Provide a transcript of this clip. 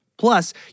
Plus